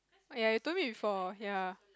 ya you told me before ya